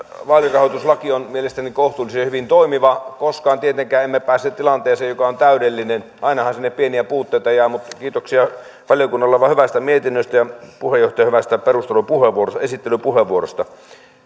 vaalirahoituslaki on mielestäni kohtuullisen hyvin toimiva emme tietenkään koskaan pääse tilanteeseen joka on täydellinen ainahan sinne pieniä puutteita jää mutta kiitoksia valiokunnalle hyvästä mietinnöstä ja puheenjohtajalle hyvästä perustelupuheenvuorosta esittelypuheenvuorosta